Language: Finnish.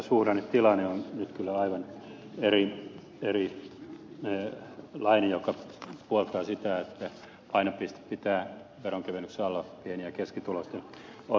toisaalta suhdannetilanne on nyt kyllä aivan erilainen mikä puoltaa sitä että painopisteen pitää veronkevennyksissä olla pieni ja keskituloisissa